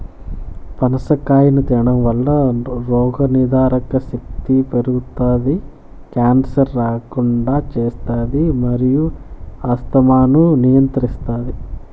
పనస కాయను తినడంవల్ల రోగనిరోధక శక్తి పెరుగుతాది, క్యాన్సర్ రాకుండా చేస్తాది మరియు ఆస్తమాను నియంత్రిస్తాది